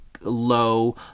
low